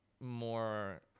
more